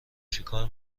چکار